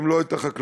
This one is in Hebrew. אם לא את החקלאות.